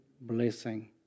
blessing